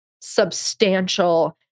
substantial